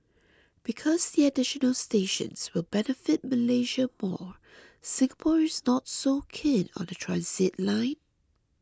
because the additional stations will benefit Malaysia more Singapore is not so keen on the transit line